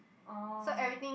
oh